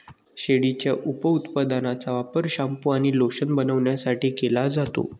शेळीच्या उपउत्पादनांचा वापर शॅम्पू आणि लोशन बनवण्यासाठी केला जातो